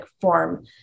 form